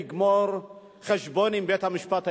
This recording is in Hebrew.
לגמור חשבון עם בית-המשפט העליון.